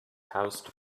housed